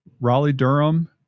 Raleigh-Durham